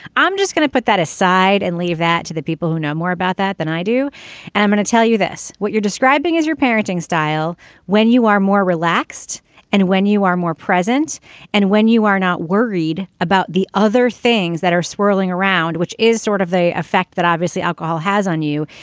i'm just gonna put that aside and leave that to the people who know more about that than i do and i'm going to tell you this. what you're describing is your parenting style when you are more relaxed and when you are more present and when you are not worried about the other things that are swirling around which is sort of they affect that obviously alcohol has on you.